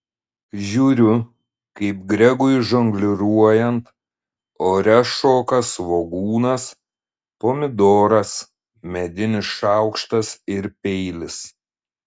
žiūriu kaip gregui žongliruojant ore šoka svogūnas pomidoras medinis šaukštas ir peilis